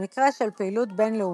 במקרה של פעילות בין-לאומית,